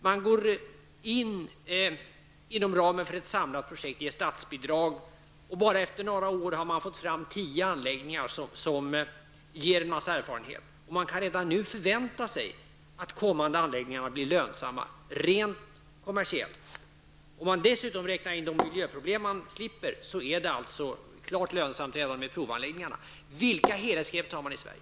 Man går in inom ramen för ett samlat projekt med statsbidrag. Bara efter några år har man fått fram tio anläggningar som ger god erfarenhet. Man kan redan nu förvänta sig att kommande anläggningar kommer att bli lönsamma rent kommersiellt. Om man dessutom räknar in de miljöproblem som man slipper är det alltså klart lönsamt redan med dessa provanläggningar. Vilka helhetsgrepp tar man i Sverige?